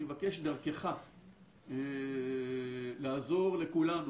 ואני מבקש דרכך לעזור לכולנו,